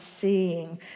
seeing